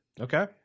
okay